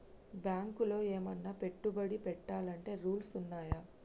బ్యాంకులో ఏమన్నా పెట్టుబడి పెట్టాలంటే రూల్స్ ఉన్నయా?